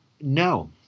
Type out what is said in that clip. No